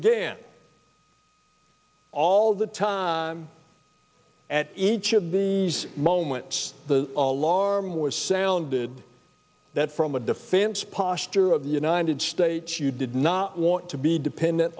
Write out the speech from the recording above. began all the time at each of these moments the alarm was sounded that from the defense posture of the united states you did not want to be dependent